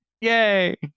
Yay